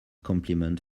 kompliment